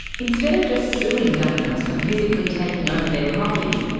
instead of just suing governments for physically taking over their property,